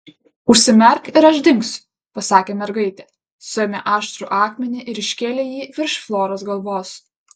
užsimerk ir aš dingsiu pasakė mergaitė suėmė aštrų akmenį ir iškėlė jį virš floros galvos